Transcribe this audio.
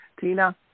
Tina